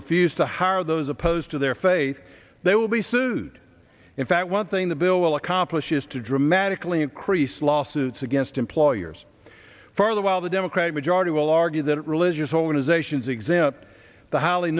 refuse to hire those opposed to their faith they will be sued in fact one thing the bill will accomplish is to dramatically increase lawsuits against employers further while the democratic majority will argue that religious